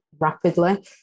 rapidly